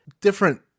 different